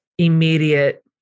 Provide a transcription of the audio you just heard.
immediate